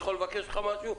אני יכול לבקש ממך משהו?